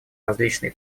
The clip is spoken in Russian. различные